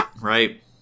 Right